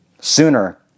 sooner